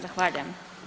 Zahvaljujem.